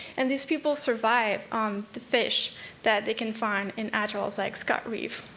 and these people survive on the fish that they can find in atolls-like scott reef.